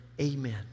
amen